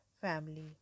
family